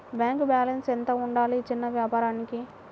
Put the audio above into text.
Bank balance ఎంత ఉండాలి చిన్న వ్యాపారానికి?